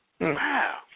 Wow